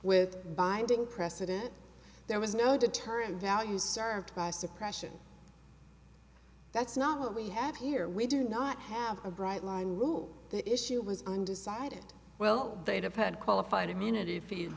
with binding precedent there was no deterrent value served by suppression that's not what we had here we do not have a bright line rule the issue was undecided well they'd have had qualified immunity feed